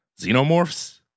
xenomorphs